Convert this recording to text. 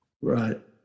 Right